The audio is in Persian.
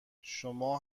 شما